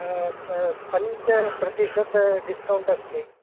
पञ्चप्रतिशत discount अस्ति